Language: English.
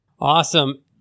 Awesome